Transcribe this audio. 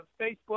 Facebook